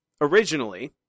originally